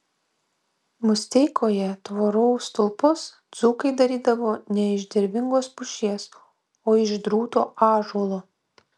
musteikoje tvorų stulpus dzūkai darydavo ne iš dervingos pušies o iš drūto ąžuolo